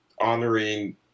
honoring